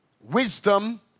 wisdom